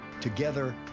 together